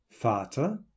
Vater